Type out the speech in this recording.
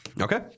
Okay